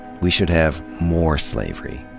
we should have more slavery.